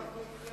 אז אנחנו אתכם,